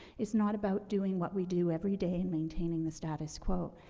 it's not about doing what we do everyday and maintaining the status quo,